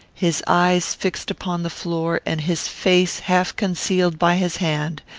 his eyes fixed upon the floor, and his face half concealed by his hand,